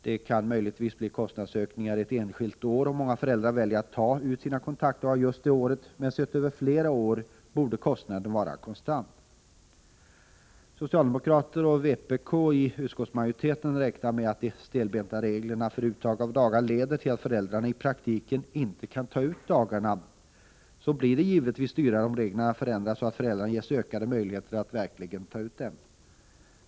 Det kan möjligtvis bli kostnadsökningar ett enskilt år om många föräldrar väljer att ta ut sina kontaktdagar just det året, men sett över flera år borde kostnaden vara konstant. Om utskottsmajoriteten, bestående av socialdemokrater och vpk, räknar med att de stelbenta reglerna för uttag av dagar leder till att föräldrarna i praktiken inte kan ta ut dagarna, blir det givetvis dyrare om reglerna förändras så att föräldrarna ges ökade möjligheter att verkligen ta ut dem.